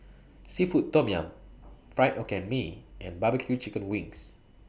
Seafood Tom Yum Fried Hokkien Mee and Barbecue Chicken Wings